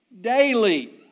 daily